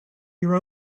your